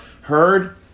heard